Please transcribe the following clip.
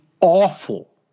awful